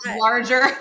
larger